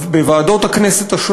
בוועדות הכנסת,